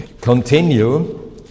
continue